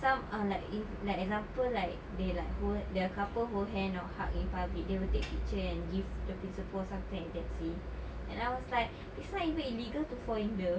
some are like if like example like they like hold the couple hold hand or hug in public they will take picture and give the principal something like that seh and I was like it's not even illegal to fall in love